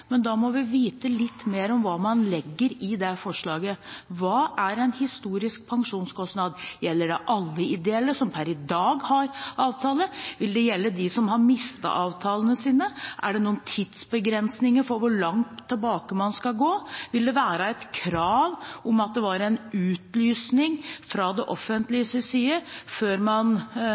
Men da må vi vite litt mer om hva man legger i det forslaget. Hva er en historisk pensjonskostnad? Gjelder det alle ideelle som per i dag har avtale? Vil det gjelde dem som har mistet avtalene sine? Er det noen tidsbegrensninger for hvor langt tilbake man skal gå? Vil det være krav om en utlysning fra det offentliges side før man